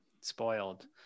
Spoiled